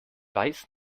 weiß